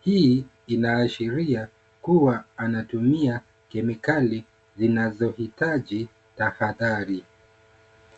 Hii inaashiria kuwa anatumia kemikali zinazoitaji tahadhari.